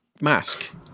mask